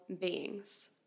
beings